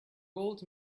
old